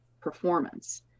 performance